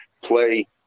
play